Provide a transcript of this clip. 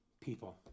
people